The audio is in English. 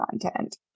content